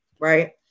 Right